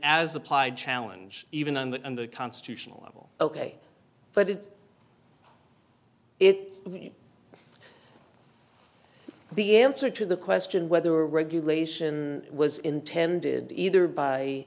as applied challenge even on that and the constitutional level ok but it it the answer to the question whether regulation was intended either by